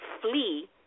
flee